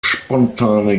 spontane